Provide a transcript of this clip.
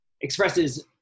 expresses